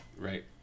Right